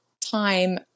time